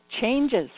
changes